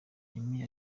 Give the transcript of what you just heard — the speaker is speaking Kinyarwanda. emmy